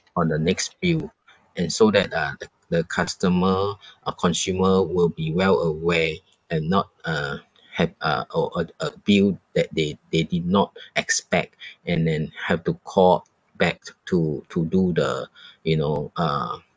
on the next bill and so that uh the the customer or consumer will be well aware and not uh have a or a a bill that they they did not expect and then have to call back to to do the you know uh